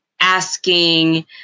asking